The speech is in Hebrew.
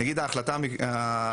נגיד את ההחלטה המקצועית,